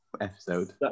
episode